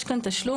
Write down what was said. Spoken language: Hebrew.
יש כאן תשלום,